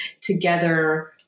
together